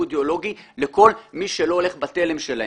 אידיאולוגי לכל מי שלא הולך בתלם שלהם.